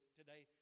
today